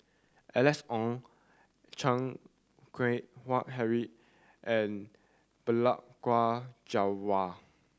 Alice Ong Chan Keng Howe Harry and Balli Kaur Jaswal